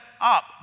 up